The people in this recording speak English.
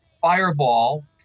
fireball